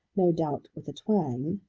no doubt with a twang,